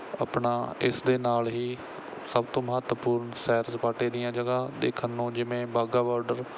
ਆਪਣਾ ਇਸ ਦੇ ਨਾਲ ਹੀ ਸਭ ਤੋਂ ਮਹੱਤਵਪੂਰਨ ਸੈਰ ਸਪਾਟੇ ਦੀਆਂ ਜਗ੍ਹਾ ਦੇਖਣ ਨੂੰ ਜਿਵੇਂ ਵਾਹਗਾ ਬਾਰਡਰ